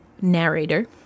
narrator